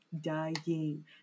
dying